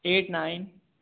eight nine